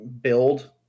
build